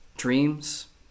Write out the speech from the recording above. dreams